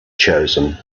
chosen